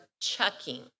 chucking